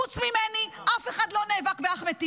חוץ ממני אף אחד לא נאבק באחמד טיבי.